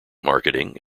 marketing